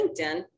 LinkedIn